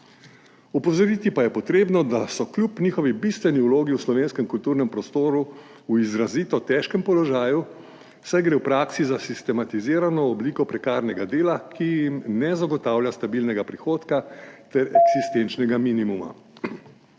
Opozoriti pa je potrebno, da so kljub njihovi bistveni vlogi v slovenskem kulturnem prostoru v izrazito težkem položaju, saj gre v praksi za sistematizirano obliko prekarnega dela, ki jim ne zagotavlja stabilnega prihodka ter eksistenčnega minimuma.